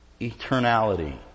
eternality